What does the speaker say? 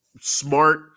smart